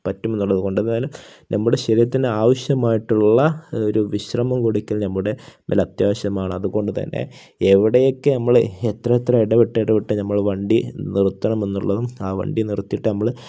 പറ്റും എന്നുള്ളത് കൊണ്ട് എന്നാലും നമ്മുടെ ശരീരത്തിന് ആവശ്യമായിട്ടുള്ള ഒരു വിശ്രമം കൊടുക്കൽ നമ്മുടെ എന്തായാലും അത്യാവശ്യമാണ് അതുകൊണ്ട് തന്നെ എവിടെയൊക്കെ നമ്മൾ എത്ര എത്ര ഇടവിട്ട് ഇടവിട്ട് നമ്മൾ വണ്ടി നിർത്തണമെന്നുള്ളതും ആ വണ്ടി നിർത്തിയിട്ട് നമ്മൾ